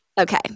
Okay